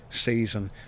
season